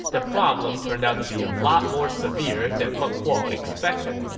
the problem turned out to be a lot more severe than meng huo expected.